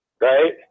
right